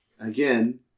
again